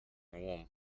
warm